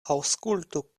aŭskultu